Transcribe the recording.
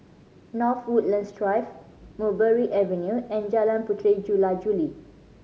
North Woodlands Drive Mulberry Avenue and Jalan Puteri Jula Juli